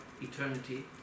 eternity